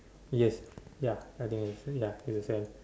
yes ya I think it's ya it's the same